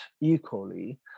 equally